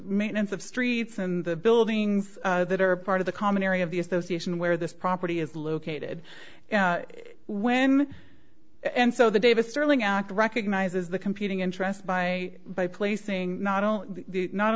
maintenance of streets and the buildings that are part of the common area of the association where this property is located when and so the davis sterling act recognizes the competing interests by by placing not